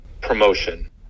promotion